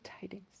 tidings